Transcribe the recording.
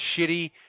shitty